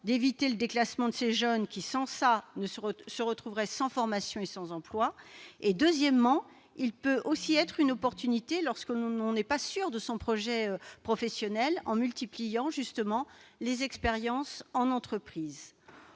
évite le déclassement de ces jeunes, qui, sinon, se retrouveraient sans formation et sans emploi. Deuxièmement, il peut aussi représenter une opportunité lorsque l'on n'est pas sûr de son projet professionnel, grâce à la multiplication des expériences en entreprise.